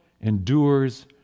endures